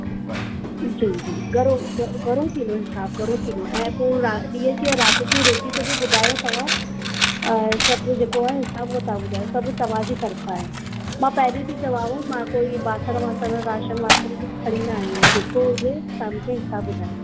जी जी घणो घणो थींदो हिसाबु घणो थींदो ऐं पोइ ॾींहं जी ऐं राति जी रोटी जो बि ॿुधायो तव्हां ऐं सभु जो जेको आ हिसाबु उहा तव्हां ॿुधा सभु तव्हांजी तर्फ़ा आहे मां पहिरियों थी चवां मां कोई बासणु वासणु राशन वाशन कुझु खणी न आई आहियां जेको हुजे तव्हां मूंखे हिसाबु ॿुधाए छॾिजो